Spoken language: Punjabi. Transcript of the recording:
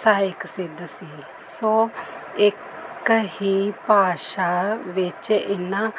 ਸਹਾਇਕ ਸਿੱਧ ਸੀ ਸੋ ਇੱਕ ਹੀ ਭਾਸ਼ਾ ਵਿੱਚ ਇਨ੍ਹਾਂ